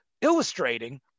illustrating